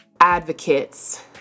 advocates